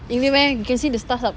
really meh you can see the stars up